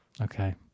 Okay